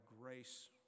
grace